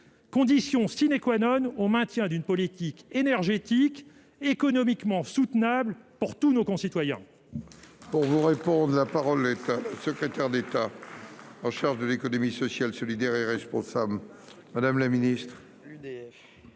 condition sine qua non au maintien d'une politique énergétique économiquement soutenables pour tous nos concitoyens.